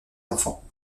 enfants